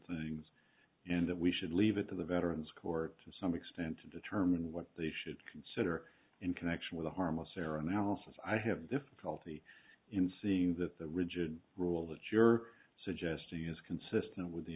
things and that we should leave it to the veterans court to some extent to determine what they should consider in connection with a harmless error analysis i have difficulty in seeing that the rigid rule that you're suggesting is consistent with the